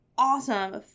awesome